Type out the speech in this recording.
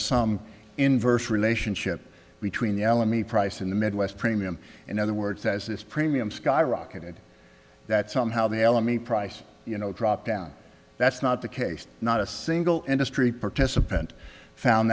some inverse relationship between the al ameen price in the midwest premium in other words as this premium skyrocketed that somehow the ala me price you know drop down that's not the case not a single industry participant found